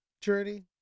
journey